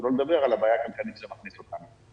שלא לדבר על הבעיה הכלכלית שאליה זה מכניס אותנו.